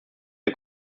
der